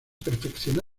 perfeccionó